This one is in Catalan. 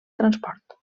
transport